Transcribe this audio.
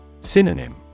Synonym